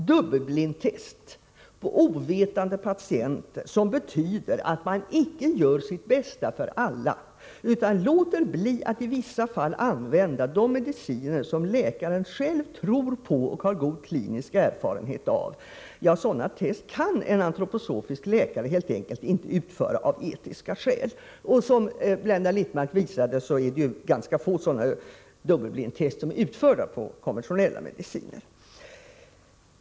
Dubbelblindtest på ovetande patienter betyder att man icke gör sitt bästa för alla, utan låter bli att i vissa fall använda de mediciner som läkaren själv tror på och har god klinisk erfarenhet av — sådana test kan en antroposofisk läkare helt enkelt inte utföra, av etiska skäl. Som Blenda Littmarck påvisade är ganska få sådana dubbelblindtest utförda på konventionella mediciner.